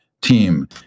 team